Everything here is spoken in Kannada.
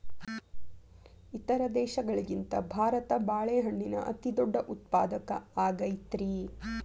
ಇತರ ದೇಶಗಳಿಗಿಂತ ಭಾರತ ಬಾಳೆಹಣ್ಣಿನ ಅತಿದೊಡ್ಡ ಉತ್ಪಾದಕ ಆಗೈತ್ರಿ